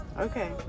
Okay